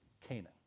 Canaan